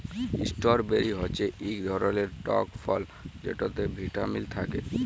strawberry হচ্যে ইক ধরলের টক ফল যেটতে ভিটামিল থ্যাকে